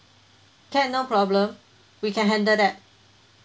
can no problem we can handle that